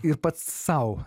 ir pats sau